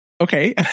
okay